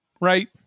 right